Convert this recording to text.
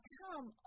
come